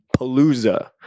Palooza